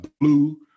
Blue